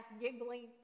giggling